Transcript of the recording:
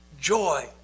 joy